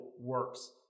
works